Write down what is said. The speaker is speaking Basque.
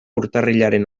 urtarrilaren